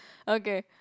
okay